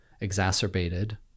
exacerbated